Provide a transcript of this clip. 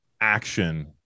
action